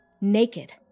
naked